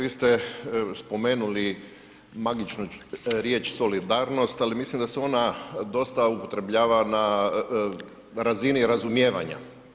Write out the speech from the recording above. Vi ste spomenuli magičnu riječ solidarnost, ali mislim da se ona dosta upotrebljava na razini razumijevanja.